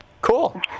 Cool